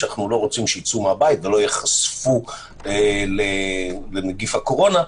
שאנחנו לא רוצים שיצאו מהבית ולא ייחשפו לנגיף הקורונה,